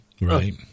Right